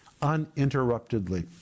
uninterruptedly